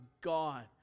God